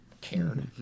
cared